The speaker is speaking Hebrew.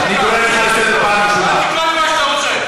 תקרא לי כמה שאתה רוצה.